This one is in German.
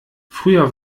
früher